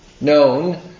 known